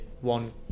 one